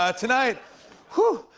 ah tonight whew!